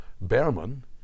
Berman